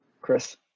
Chris